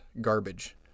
garbage